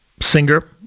singer